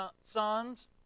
sons